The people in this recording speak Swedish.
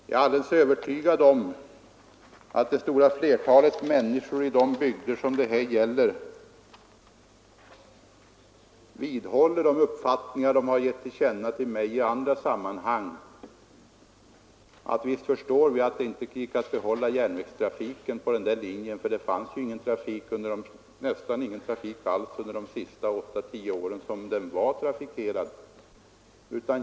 Jag är alldeles övertygad om att det stora flertalet människor i de bygder det här gäller vidhåller de uppfattningar de gett mig till känna i andra sammanhang: Visst förstår vi att det inte gick att behålla järnvägstrafiken på den linjen för det fanns nästan ingen trafik alls under de sista 8—10 åren den var trafikerad.